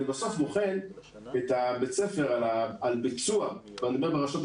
אני בסוף בוחן את בית הספר על ביצוע השעות.